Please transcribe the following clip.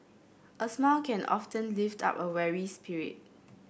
a smile can often lift up a weary spirit